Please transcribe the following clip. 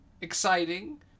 exciting